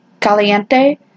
Caliente